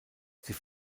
sie